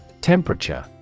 Temperature